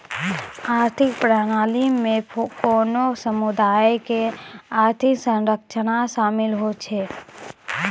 आर्थिक प्रणाली मे कोनो समुदायो के आर्थिक संरचना शामिल होय छै